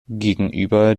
gegenüber